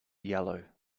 yellow